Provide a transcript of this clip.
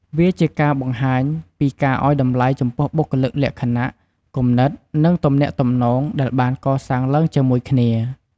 វាជាការបង្ហាញពីការឲ្យតម្លៃចំពោះបុគ្គលិកលក្ខណៈ គំនិត និងទំនាក់ទំនងដែលបានកសាងឡើងជាមួយគ្នា។